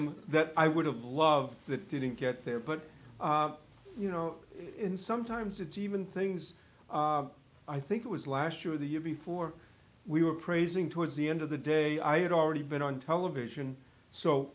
item that i would have loved that didn't get there but you know and sometimes it's even things i think it was last year the year before we were praising towards the end of the day i had already been on television so